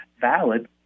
valid